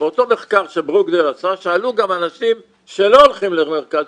באותו מחקר שברוקדייל עשה שאלו גם אנשים שלא הולכים למרכז